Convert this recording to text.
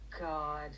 god